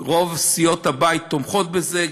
סיעות הבית תומכות בזה,